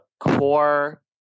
core